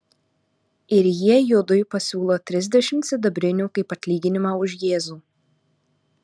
ir jie judui pasiūlo trisdešimt sidabrinių kaip atlyginimą už jėzų